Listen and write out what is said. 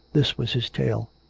this was his tale.